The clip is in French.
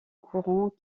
courant